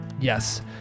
yes